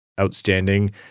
outstanding